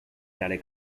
tale